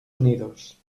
unidos